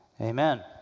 Amen